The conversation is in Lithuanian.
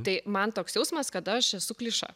tai man toks jausmas kad aš esu kliša